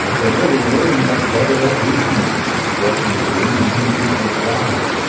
there really were no federal agencies that engaged in people's lives.